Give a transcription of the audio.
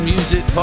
Music